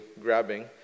grabbing